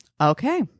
Okay